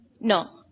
No